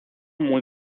muy